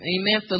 Amen